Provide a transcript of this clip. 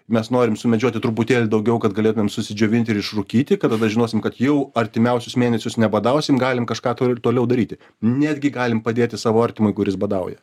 mes norim sumedžioti truputėlį daugiau kad galėtumėm susidžiovinti ir išrūkyti kadada žinosim kad jau artimiausius mėnesius nebadausim galim kažką tor toliau daryti netgi galim padėti savo artimui kuris badauja